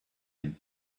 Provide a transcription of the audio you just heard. him